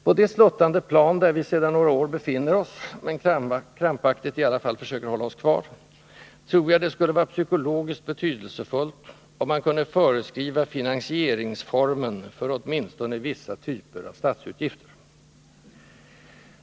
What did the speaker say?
På det sluttande plan där vi sedan några år befinner oss — men krampaktigt i alla fall försöker hålla oss kvar — tror jag att det skulle vara psykologiskt betydelsefullt, om man kunde föreskriva finansieringsformen för åtminstone vissa typer av statsutgifter.